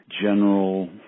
general